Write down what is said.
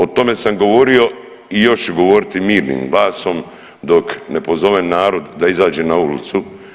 O tome sam govorio i još ću govoriti mirnim glasom dok ne pozovem narod da izađe na ulicu.